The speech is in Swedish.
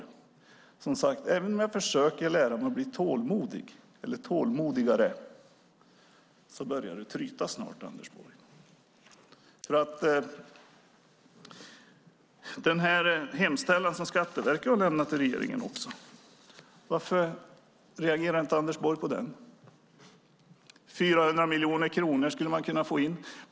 Även om jag, som sagt, försöker lära mig att bli tålmodigare börjar tålamodet snart tryta, Anders Borg. Varför reagerar inte Anders Borg på den hemställan som Skatteverket har lämnat till regeringen? Man skulle kunna få in 400 miljoner kronor.